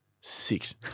Six